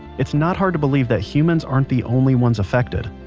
it's not hard to believe that humans aren't the only ones affected